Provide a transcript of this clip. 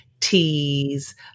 teas